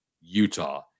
Utah